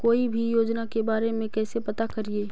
कोई भी योजना के बारे में कैसे पता करिए?